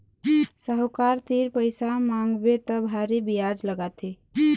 साहूकार तीर पइसा मांगबे त भारी बियाज लागथे